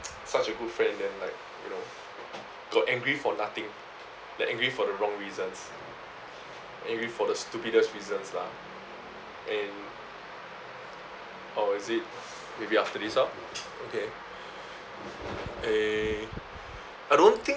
such a good friend then like you know got angry for nothing get angry for the wrong reasons angry for the stupidest reasons lah and orh is it maybe after this orh okay eh I don't think